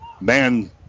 man